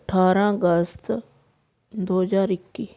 ਅਠਾਰਾਂ ਅਗਸਤ ਦੋ ਹਜ਼ਾਰ ਇੱਕੀ